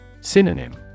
Synonym